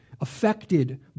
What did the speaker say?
affected